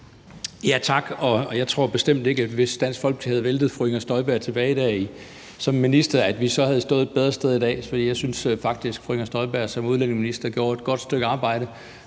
Tak. Jeg tror bestemt ikke, at vi, hvis Dansk Folkeparti havde væltet fru Inger Støjberg tilbage der, da hun var minister, så havde stået et bedre sted i dag, for jeg synes faktisk, fru Inger Støjberg som udlændingeminister gjort et godt stykke arbejde,